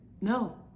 no